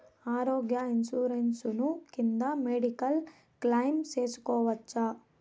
ఆరోగ్య ఇన్సూరెన్సు కింద medical claim సేసుకోవచ్చా?